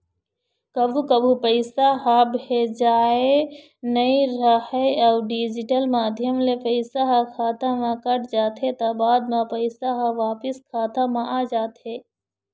कभू कभू पइसा ह भेजाए नइ राहय अउ डिजिटल माध्यम ले पइसा ह खाता म कट जाथे त बाद म पइसा ह वापिस खाता म आ जाथे